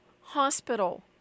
hospital